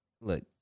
Look